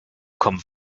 kommen